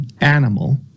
animal